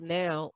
now